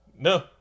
no